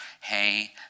hey